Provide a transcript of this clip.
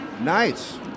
Nice